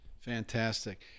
Fantastic